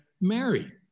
Mary